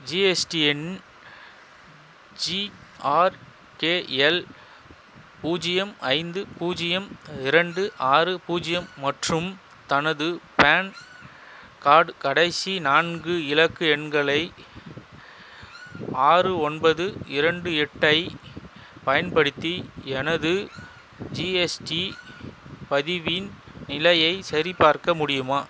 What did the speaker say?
GSTN GRKL பூஜ்ஜியம் ஐந்து பூஜ்ஜியம் இரண்டு ஆறு பூஜ்ஜியம் மற்றும் தனது பேன் கார்ட் கடைசி நான்கு இலக்கு எண்களை ஆறு ஒன்பது இரண்டு எட்டைப் பயன்படுத்தி எனது ஜிஎஸ்டி பதிவின் நிலையைச் சரிபார்க்க முடியுமா